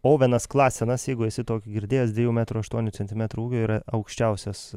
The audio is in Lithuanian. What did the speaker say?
ovenas klasenas jeigu esi tokį girdėjęs dvejų metrų aštuonių centimetrų ūgio yra aukščiausias